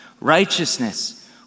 Righteousness